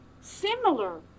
similar